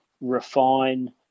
refine